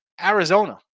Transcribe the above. Arizona